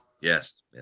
Yes